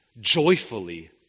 joyfully